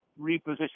reposition